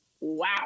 wow